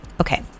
Okay